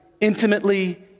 intimately